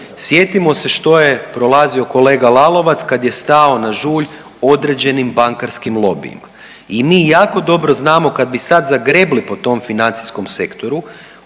Sjetimo se što je prolazio kolega Lalovac kad je stao na žulj određenim bankarskim lobijima i mi jako dobro znamo kad bi sad zagrebli po tom financijskom sektoru,